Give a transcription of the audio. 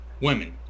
women